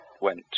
went